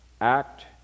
act